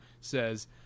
says